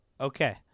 Okay